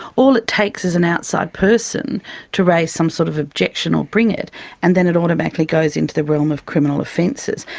all it takes is an outside person to raise some sort of objection or bring it and then it automatically goes into the realm of criminal offences,